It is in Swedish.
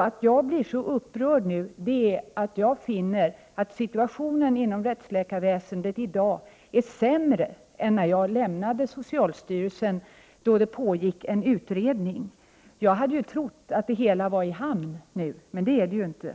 Att jag nu blir så upprörd beror på att jag finner att situationen inom rättsläkarverksamheten i dag är sämre än när jag lämnade socialstyrelsen, då utredningen pågick. Jag trodde att det hela nu skulle vara i hamn, men så är det inte.